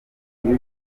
y’uyu